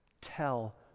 tell